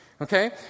okay